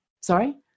Sorry